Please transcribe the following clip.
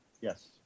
Yes